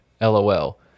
lol